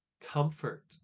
comfort